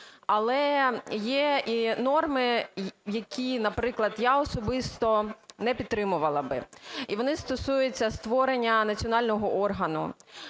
Але є і норми, які, наприклад, я особисто не підтримувала би. І вони стосуються створення національного органу.